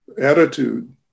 attitude